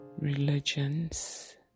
religions